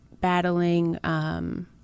battling